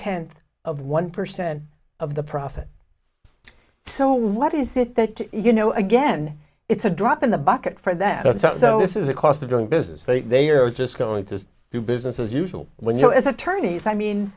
tenth of one percent of the profit so what is it that you know again it's a drop in the bucket for that so this is a cost of doing business that they are just going to do business as usual when you know as attorneys i mean